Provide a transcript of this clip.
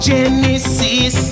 Genesis